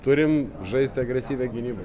turim žaisti agresyviai gynyboj